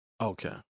Okay